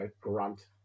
grunt